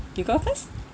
you go first